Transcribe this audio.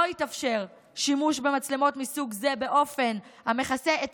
לא יתאפשר שימוש במצלמות מסוג זה באופן המכסה את